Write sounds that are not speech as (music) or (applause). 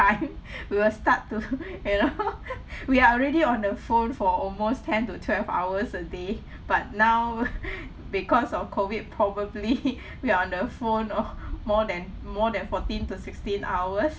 (breath) we will start to (laughs) you know (laughs) we are already on the phone for almost ten to twelve hours a day but now (breath) because of COVID probably we are on the phone for more than more than fourteen to sixteen hours